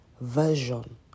version